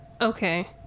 Okay